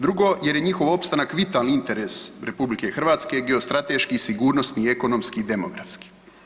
Drugo jer je njihov opstanak vitalni interes RH, geostrateški, sigurnosni, ekonomski i demografski.